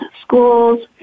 schools